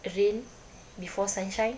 rain before sunshine